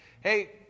hey